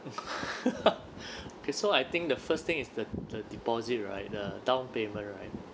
okay so I think the first thing is the the deposit right the downpayment right